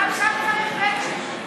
צריך מצ'ינג 25% גם שם צריך מצ'ינג.